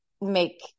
make